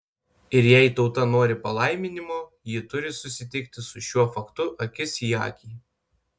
ir jei tauta nori palaiminimo ji turi susitikti su šiuo faktu akis į akį